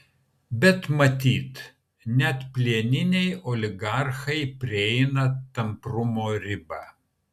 bet matyt net plieniniai oligarchai prieina tamprumo ribą